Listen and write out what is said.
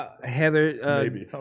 Heather